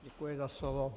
Děkuji za slovo.